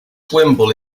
wimble